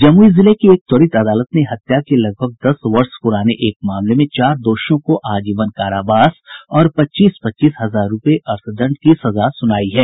जमुई जिले की एक त्वरित अदालत ने हत्या के लगभग दस वर्ष पुराने एक मामले में चार दोषियों को आजीवन कारावास और पच्चीस पच्चीस हजार रूपये अर्थदंड की सजा सुनायी है